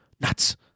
Nuts